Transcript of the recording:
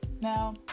Now